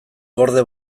gorde